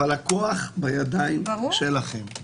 אבל הכוח בידיים שלכם.